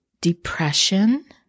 depression